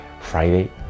Friday